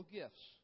gifts